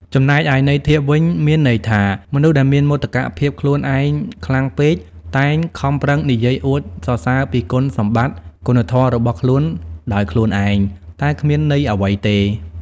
ចំណែកឯន័យធៀបវិញ មានន័យថា មនុស្សដែលមានមោទកភាពខ្លួនឯងខ្លាំងពេក តែងខំប្រឹងនិយាយអួតសរសើរតែពីគុណសម្បត្តិ គុណធម៌របស់ខ្លួនដោយខ្លួនឯង តែជាគ្មានន័យអ្វីទេ។